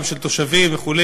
גם של תושבים וכו',